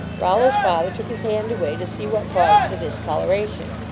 rollo s father took his hand away to see what caused the discoloration.